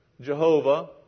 Jehovah